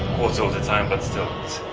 so of the time, but still it's